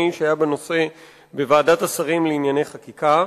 שהיה בנושא בוועדת השרים לענייני חקיקה.